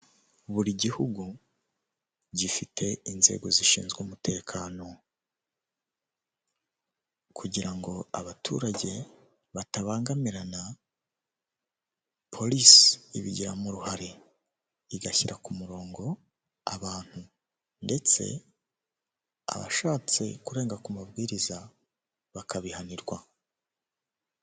Buri gihugu gifite inzego zishinzwe umutekano, kugira ngo abaturage batabangamirana polise ibigiramo uruhare, igashyira ku murongo abantu ndetse abashatse kurenga ku mabwiriza bakabihanirwa.